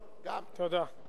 תודה.